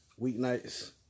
weeknights